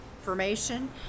information